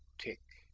tick!